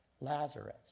Lazarus